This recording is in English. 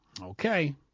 Okay